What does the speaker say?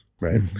right